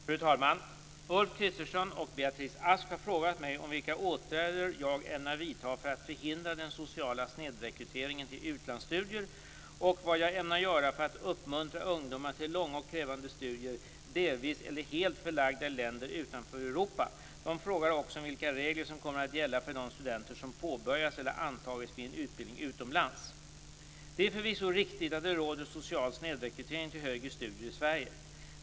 Fru talman! Ulf Kristersson och Beatrice Ask har frågat mig om vilka åtgärder jag ämnar vidta för att förhindra den sociala snedrekryteringen till utlandsstudier och vad jag ämnar göra för att uppmuntra ungdomar till långa och krävande studier delvis eller helt förlagda i länder utanför Europa. De frågar också om vilka regler som kommer att gälla för de studenter som påbörjat eller antagits vid en utbildning utomlands. Det är förvisso riktigt att det råder social snedrekrytering till högre studier i Sverige.